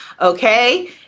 Okay